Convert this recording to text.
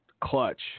clutch